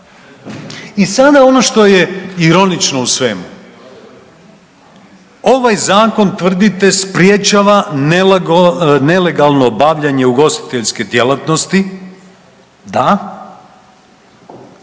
I sada ono što je ironično u svemu, ovaj zakon tvrdite sprečava nelegalno bavljenje ugostiteljske djelatnosti, da,